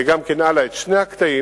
וגם הלאה, את שני הקטעים.